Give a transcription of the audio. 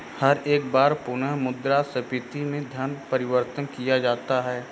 हर एक बार पुनः मुद्रा स्फीती में धन परिवर्तन किया जाता है